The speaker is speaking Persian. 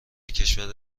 کشور